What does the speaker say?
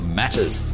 matters